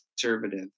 conservative